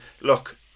Look